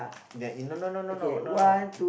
that you no no no no no no no